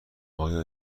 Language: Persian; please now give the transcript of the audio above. آیا